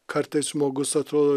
kartais žmogus atrodo